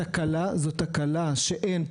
בסופו של דבר להוציא אותם לכמה שיותר